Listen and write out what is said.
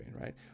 right